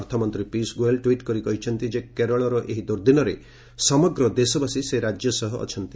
ଅର୍ଥମନ୍ତ୍ରୀ ପୀୟୁଷ ଗୋଏଲ୍ ଟ୍ୱିଟ୍ କରି କହିଛନ୍ତି ଯେ କେରଳର ଏହି ଦୁର୍ଦ୍ଦିନରେ ସମଗ୍ର ଦେଶବାସୀ ସେ ରାଜ୍ୟ ସହ ଅଛନ୍ତି